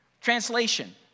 Translation